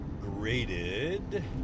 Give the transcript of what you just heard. graded